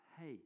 hey